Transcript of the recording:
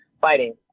fighting